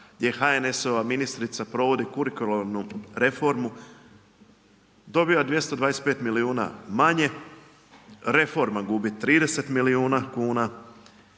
gdje HNS-ova ministrica provodi kurikularnu, dobiva 225 milijuna manje, reforma gubi 30 milijuna kuna,